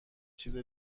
چیز